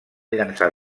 llençat